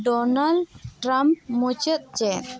Donald Trump ᱢᱩᱪᱟᱹᱫ ᱪᱮᱫ